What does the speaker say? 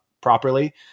properly